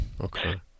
Okay